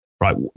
right